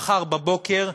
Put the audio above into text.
מחר בבוקר,